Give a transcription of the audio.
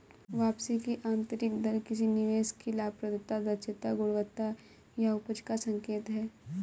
वापसी की आंतरिक दर किसी निवेश की लाभप्रदता, दक्षता, गुणवत्ता या उपज का संकेत है